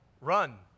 Run